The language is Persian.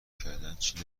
کردنچی